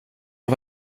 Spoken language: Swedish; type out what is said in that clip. har